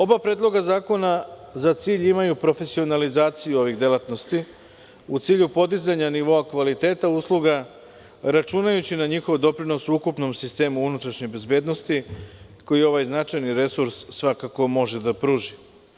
Oba predloga zakona za cilj imaju profesionalizaciju ovih delatnosti, a u cilju podizanja nivoa kvaliteta usluga, računajući na njihov doprinos o ukupnom sistemu unutrašnje bezbednosti, koji ovaj značajni resurs svakako može da pruži.